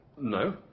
No